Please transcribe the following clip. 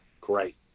great